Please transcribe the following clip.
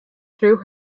through